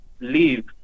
leave